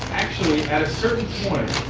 actually, at a certain point